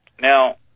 Now